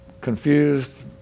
confused